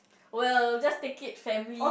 well just take it family